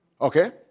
Okay